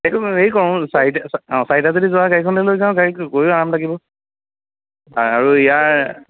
সেইটো হেৰি কৰো চাৰিটা অ' চাৰিটা যদি যোৱা হয় গাড়ীখনকে লৈ যাওঁ গৈয়ো আৰাম লাগিব আৰু ইয়াৰ